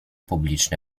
publiczne